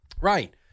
Right